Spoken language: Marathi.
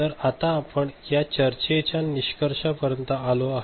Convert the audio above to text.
तर आता आपण या चर्चेच्या निष्कर्षा पर्यंत आलो आहे